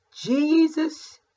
Jesus